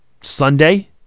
Sunday